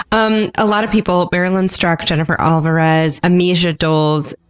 um a lot of people, marylynn skruck, jennifer alvarez, amesia doles,